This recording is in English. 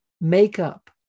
makeup